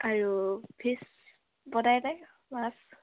আৰু ফিছ্ বনাই নে মাছ